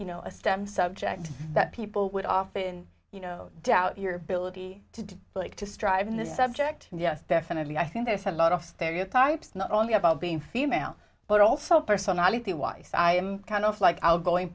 you know a stem subject that people would often you know doubt your ability to relate to strive in this subject and yes definitely i think there's a lot of stereotypes not only about being female but also personality wise i am kind of like outgoing